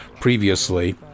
previously